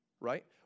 right